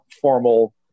formal